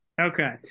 Okay